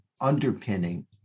underpinning